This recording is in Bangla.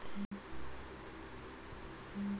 বিমার মাসিক কিস্তি অ্যাকাউন্ট থেকে কেটে নেওয়া হবে কি?